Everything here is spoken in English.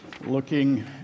looking